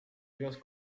just